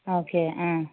okay ꯎꯝ